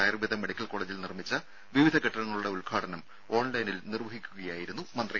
Ayurveda medical കോളേജിൽ നിർമ്മിച്ച വിവിധ കെട്ടിടങ്ങളുടെ ഉദ്ഘാടനം ഓൺലൈനായി നിർവഹിക്കുകയായിരുന്നു മന്ത്രി